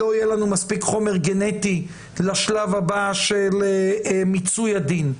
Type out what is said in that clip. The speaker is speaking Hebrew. לא יהיה לנו מספיק חומר גנטי לשלב הבא של מיצוי הדין.